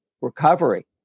recovery